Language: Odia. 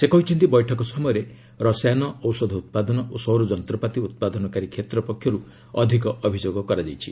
ସେ କହିଛନ୍ତି ବୈଠକ ସମୟରେ ରସାୟନ ଔଷଧ ଉପାଦନ ଓ ସୌର ଯନ୍ତ୍ରପାତି ଉପାଦନକାରୀ କ୍ଷେତ୍ ପକ୍ଷର୍ ଅଧିକ ଅଭିଯୋଗ କରାଯାଇଛି